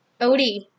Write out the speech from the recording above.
Odie